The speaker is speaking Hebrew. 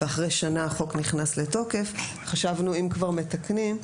ואחרי שנה החוק נכנס לתוקף חשבנו שאם כבר מתקנים,